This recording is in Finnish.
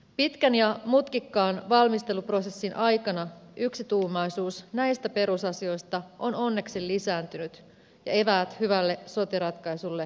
pitkän ja mutkikkaan valmisteluprosessin aikana yksituumaisuus näistä perusasioista on onneksi lisääntynyt ja eväät hyvälle sote ratkaisulle ovat olemassa